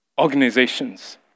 organizations